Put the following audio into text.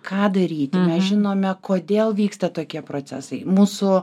ką daryti mes žinome kodėl vyksta tokie procesai mūsų